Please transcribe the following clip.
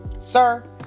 sir